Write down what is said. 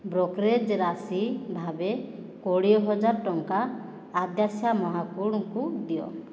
brokerage ରାଶି ଭାବେ କୋଡ଼ିଏ ହଜାର ଟଙ୍କା ଆଦାଶ୍ୟା ମହାଖୁଡଙ୍କୁ ଦିଅ